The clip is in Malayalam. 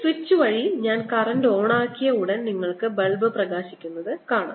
ഈ സ്വിച്ച് വഴി ഞാൻ കറന്റ് ഓണാക്കിയ ഉടൻ നിങ്ങൾക്ക് ബൾബ് പ്രകാശിക്കുന്നത് കാണാം